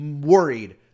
worried